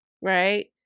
right